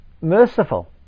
merciful